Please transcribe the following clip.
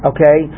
Okay